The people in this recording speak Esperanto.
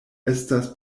estas